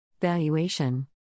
Valuation